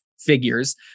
figures